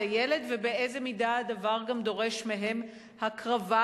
הילד ובאיזו מידה הדבר גם דורש מהם הקרבה,